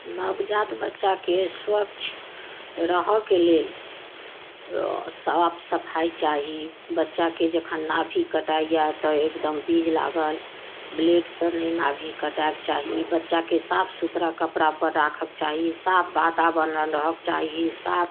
नवजात बच्चाके स्वच्छ रहऽके लेल अऽ साफ सफाइ चाही बच्चाके जखन नाभि कटाइए तऽ एकदम बीझ लागल ब्लेडसँ नहि नाभि कटाइके चाही बच्चाके साफ सुथरा कपड़ापर राखऽके चाही साफ वातावरण रहऽके चाही साफ